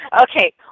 Okay